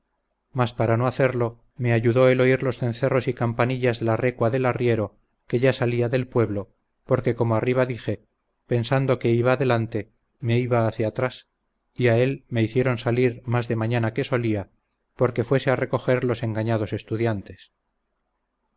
mas para no hacerlo me ayudó el oír los cencerros y campanillas de la recua del arriero que ya salía del pueblo porque como arriba dije pensando que iba delante me iba hacia atrás y a él le hicieron salir más de mañana que solía porque fuese a recoger los engañados estudiantes